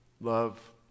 Love